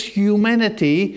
humanity